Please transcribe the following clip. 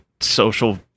social